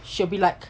she'll be like